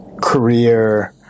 career